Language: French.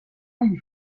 lui